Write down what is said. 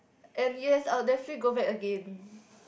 and yes I'll definitely go back again